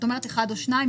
את אומרת אחד או שניים,